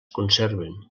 conserven